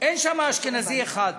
אין שם אשכנזי אחד.